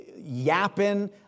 yapping